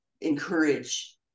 encourage